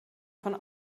von